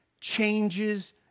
changes